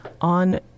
on